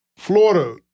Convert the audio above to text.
Florida